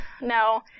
no